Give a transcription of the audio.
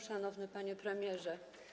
Szanowny Panie Premierze!